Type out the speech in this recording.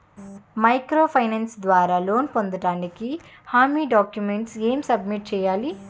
Micro finance ద్వారా loan పొందటానికి హామీ డాక్యుమెంట్స్ ఎం సబ్మిట్ చేయాలి?